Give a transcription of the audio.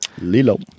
Lilo